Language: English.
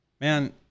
Man